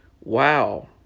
wow